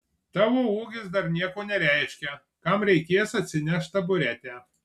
tavo ūgis dar nieko nereiškia kam reikės atsineš taburetę